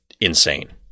insane